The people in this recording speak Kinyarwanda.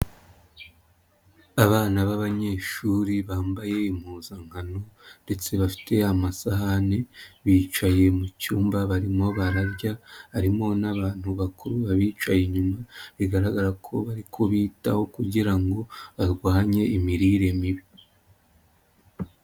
Abana b'abanyeshuri bambaye impuzankano ndetse bafite amasahani bicaye mucyumba barimo bararya harimo n'abantu bakuru babicaye inyuma, bigaragara ko bari kubitaho kugira ngo barwanye imirire mibi.